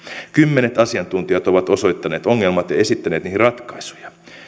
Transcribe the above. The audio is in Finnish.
kymmenet asiantuntijat ovat osoittaneet ongelmat ja esittäneet niihin ratkaisuja